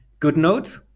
GoodNotes